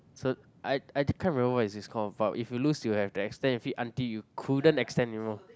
so I I can't remember what this call but if you lose you have to extend your feet until you couldn't extend anymore